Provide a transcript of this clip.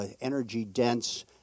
energy-dense